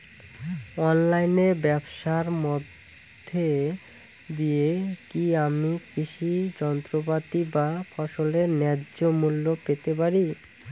অনলাইনে ব্যাবসার মধ্য দিয়ে কী আমি কৃষি যন্ত্রপাতি বা ফসলের ন্যায্য মূল্য পেতে পারি?